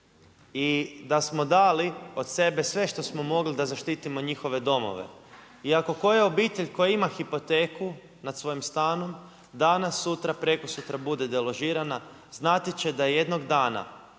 i da smo dali od sebe sve što smo mogli da zaštitimo njihove domove. I ako koja obitelj koja ima hipoteku nad svojim stanom danas, sutra, prekosutra bude deložirana znati će da jednog dana